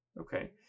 Okay